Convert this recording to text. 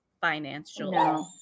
financially